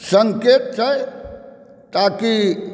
संकेत छै ताकि